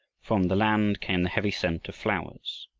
from the land came the heavy scent of flowers.